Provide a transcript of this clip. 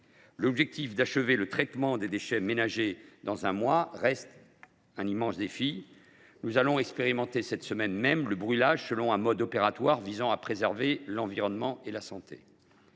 L’objectif d’achever le traitement des déchets ménagers dans un mois reste un immense défi. Dans ce cadre, nous expérimenterons cette semaine le brûlage selon un mode opératoire visant à préserver l’environnement et la santé.